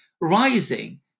rising